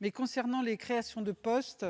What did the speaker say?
mais, concernant les créations de postes,